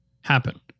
happen